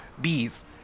bees